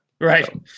Right